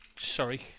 sorry